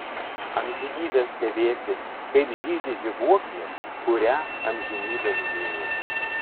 amžinybę stebėti kaip žydi žibuoklė kurią amžinybę mylėjau